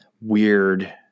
weird